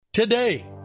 Today